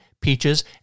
Peaches